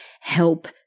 help